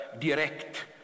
direct